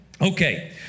Okay